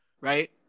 right